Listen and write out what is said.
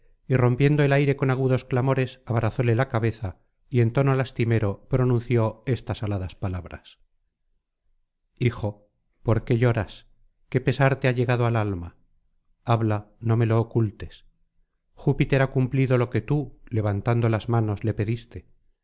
rompiendo el aire con agudos clamores abrazóle la cabeza y en tono lastimero pronunció estas aladas palabras hijo por qué lloras qué pesar te ha llegado al alma habla no me lo ocultes júpiter ha cumplido lo que tú levantando las manos le pediste